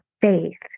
faith